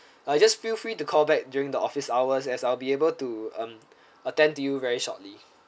uh just feel free to call back during the office hours as I'll be able to um attend to you very shortly